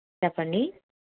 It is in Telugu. చెప్పండి